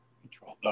Control